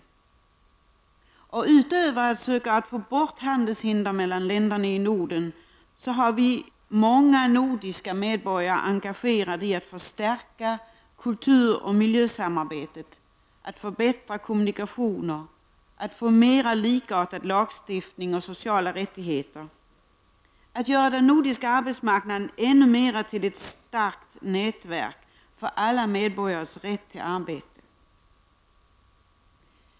Förutom arbetet med att söka få bort handelshinder mellan länderna i Norden är många nordiska medborgare engagerade i arbetet att förstärka kulturoch miljösamarbetet, förbättra kommunikationer, få mera likartad lagstiftning och likartade sociala rättigheter och att göra den nordiska arbetsmarknaden ännu mera till ett starkt nätverk för alla medborgares rätt till arbete.